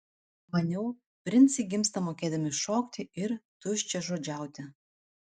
maniau princai gimsta mokėdami šokti ir tuščiažodžiauti